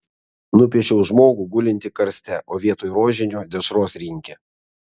nupiešiau žmogų gulintį karste o vietoj rožinio dešros rinkė